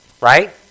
right